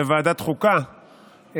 בוועדת החוקה,